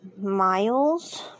miles